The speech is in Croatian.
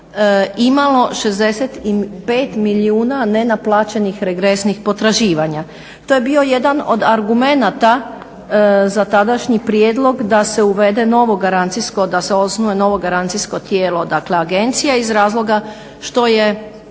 imalo 65 milijuna nenaplaćenih regresnih potraživanja. To je bio jedan od argumenata za tadašnji prijedlog da se navede novo, da se osnuje novo garancijsko cijelo dakle agencija iz razloga što je